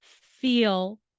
feel